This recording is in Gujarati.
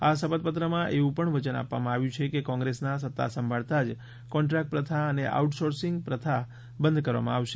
આ શપથ પત્રમાં એવું પણ વચન આપવામાં આવ્યું છે કે કોંગ્રેસના સત્તા સાંભળતા જ કોન્ટ્રાક્ટ પ્રથા અને આઉટ સોર્સિંગ પ્રથા બંધ કરવામાં આવશે